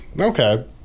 Okay